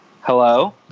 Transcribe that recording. Hello